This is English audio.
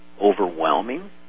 overwhelming